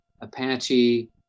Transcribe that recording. Apache